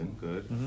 good